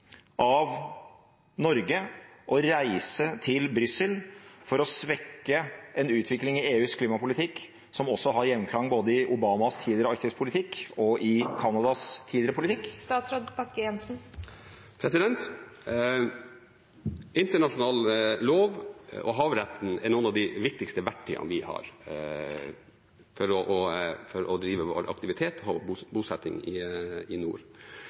av Norge å reise til Brussel for å svekke en utvikling i EUs klimapolitikk som har gjenklang både i Obamas tidligere Arktis-politikk og i Canadas tidligere politikk? Internasjonal lov og havretten er noen av de viktigste verktøyene vi har for å drive vår aktivitet og bosetting i nord.